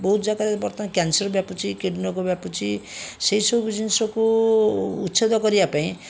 ବହୁତ ଜାଗାରେ ବର୍ତ୍ତମାନ କ୍ୟାନ୍ସର ବ୍ୟାପୁଛି କିଡ଼ନୀ ରୋଗ ବ୍ୟାପୁଛି ସେହିସବୁ ଜିନିଷକୁ ଉଚ୍ଛେଦ କରିବାପାଇଁ